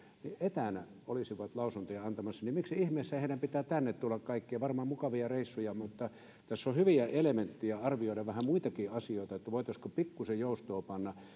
etänä olisivat lausuntoja antamassa miksi ihmeessä heidän pitää kaikkien tänne tulla varmaan mukavia reissuja mutta tässä on hyviä elementtejä arvioida vähän muitakin asioita että voitaisiinko pikkusen joustoa panna